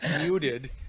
muted